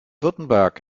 württemberg